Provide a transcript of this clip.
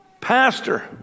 pastor